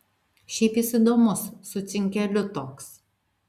šiaip jis įdomus su cinkeliu toks